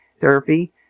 therapy